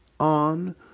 On